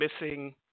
missing